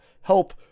help